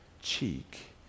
cheek